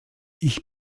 ich